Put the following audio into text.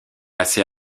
assez